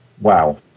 Wow